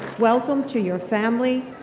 welcome to your family,